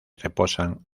reposan